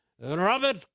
Robert